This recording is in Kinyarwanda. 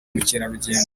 mukerarugendo